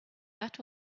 that